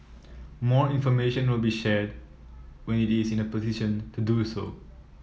more information will be shared when it is in a position to do so